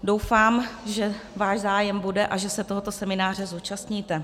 Doufám, že váš zájem bude a že se tohoto semináře zúčastníte.